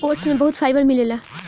oats में बहुत fibre मिलेला